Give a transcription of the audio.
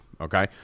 okay